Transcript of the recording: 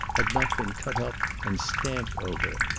had not been cut up and stamped over.